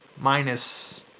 minus